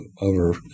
over